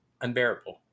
unbearable